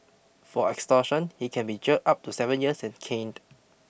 for extortion he can be jailed up to seven years and caned